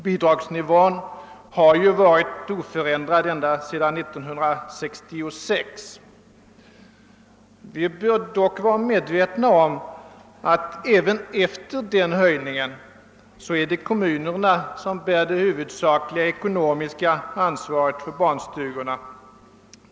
Bidragsnivån har ju varit oförändrad ända sedan 1966. Vi bör dock vara medvetna om att även efter den kommande höjningen blir det kommunerna som kommer att bära det huvudsakliga ekonomiska ansvaret för barnstugorna.